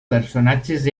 personatges